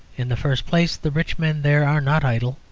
in the first place, the rich men there are not idle.